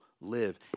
live